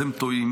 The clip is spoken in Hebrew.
אתם טועים,